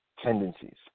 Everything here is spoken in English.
tendencies